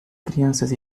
crianças